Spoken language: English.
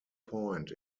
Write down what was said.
point